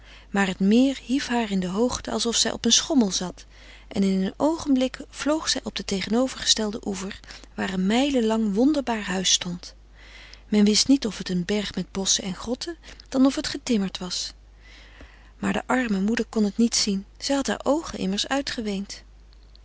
maar het meer hief haar in de hoogte alsof zij op een schommel zat en in een oogenblik vloog zij op den tegenovergestelden oever waar een mijlenlang wonderbaar huis stond men wist niet of het een berg met bosschen en grotten dan of het getimmerd was maar de arme moeder kon het niet zien zij had haar oogen immers uitgeweend